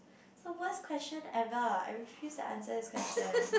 is the worst question ever I refuse to answer this question